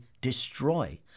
destroy